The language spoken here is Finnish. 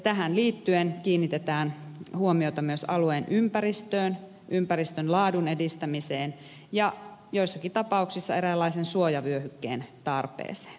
tähän liittyen kiinnitetään huomiota myös alueen ympäristöön ympäristön laadun edistämiseen ja joissakin tapauksissa eräänlaisen suojavyöhykkeen tarpeeseen